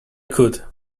could